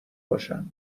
باشن